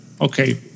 Okay